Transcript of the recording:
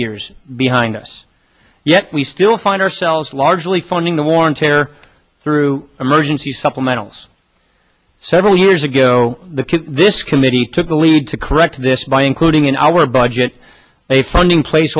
years behind us yet we still find ourselves largely funding the war on terror through emergency supplementals several years ago this committee took the lead to correct this by including in our budget a funding